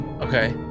Okay